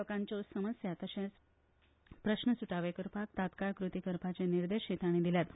लोकांच्यो समस्या तशेंच प्रस्न सुटावे करपाक तत्काळ कृती करपाचे निर्देशूय तांणी दिल्यात